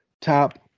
top